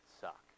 suck